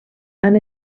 han